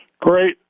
Great